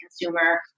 consumer